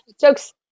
jokes